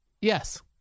Yes